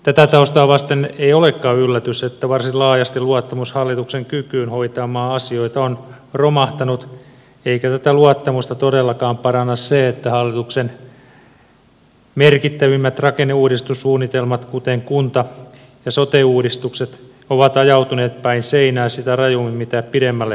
tätä taustaa vasten ei olekaan yllätys että varsin laajasti luottamus hallituksen kykyyn hoitaa maan asioita on romahtanut eikä tätä luottamusta todellakaan paranna se että hallituksen merkit tävimmät rakenneuudistussuunnitelmat kuten kunta ja sote uudistukset ovat ajautuneet päin seinää sitä rajummin mitä pidemmälle hallituskausi on jatkunut